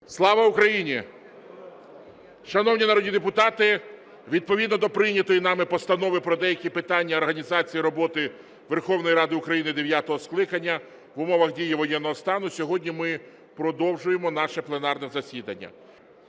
Слава Україні! Шановні народні депутати, відповідно до прийнятої нами Постанови "Про деякі питання організації роботи Верховної Ради України дев'ятого скликання в умовах дії воєнного стану" сьогодні ми продовжуємо наше пленарне засідання.